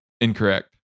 incorrect